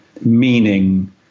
meaning